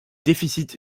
déficit